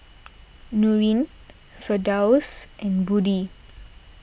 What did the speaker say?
Nurin Firdaus and Budi